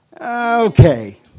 Okay